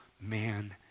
man